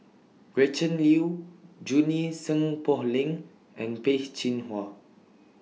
Gretchen Liu Junie Sng Poh Leng and Peh Chin Hua